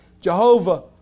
Jehovah